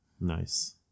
Nice